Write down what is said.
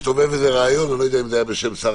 הסתובב איזה רעיון אני לא יודע אם זה היה בשם שר